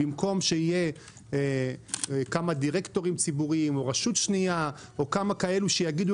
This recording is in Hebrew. במקום שיהיו כמה דירקטורים ציבוריים או רשות שנייה או כמה כאלה שיגידו